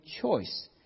choice